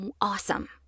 Awesome